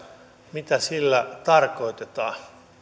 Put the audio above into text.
mitä sillä tarkoitetaan